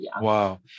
Wow